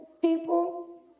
people